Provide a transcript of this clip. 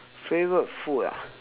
favourite food ah